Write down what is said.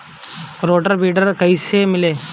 Rotor weeder कईसे मिले?